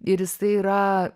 ir jisai yra